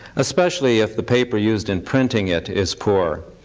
especially if the paper used in printing it is poor.